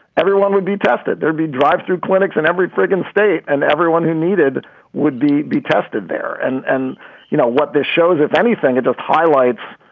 everyone would be tested. there'd be drive thru clinics and every friggin state and everyone who needed would be be tested there. and and you know what this shows, if anything? it just highlights.